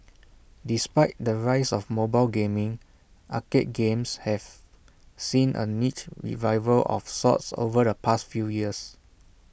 despite the rise of mobile gaming arcade games have seen A niche revival of sorts over the past few years